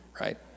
right